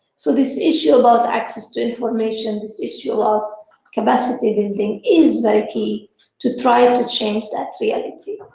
so this issue about access to information, this issue about capacity building is very key to try to change that reality.